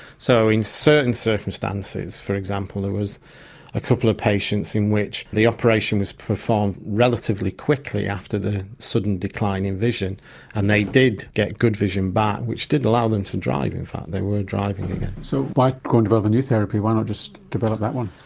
so in certain circumstances, for example, there was a couple of patients in which the operation was performed relatively quickly after the sudden decline in vision and they did get good vision back, which did allow them to drive in fact, they were driving again. so why go and develop a new therapy, why not just develop that one?